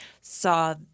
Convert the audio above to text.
saw